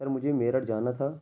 اور مجھے میرٹھ جانا تھا